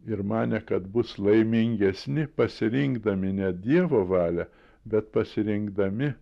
ir manė kad bus laimingesni pasirinkdami ne dievo valią bet pasirinkdami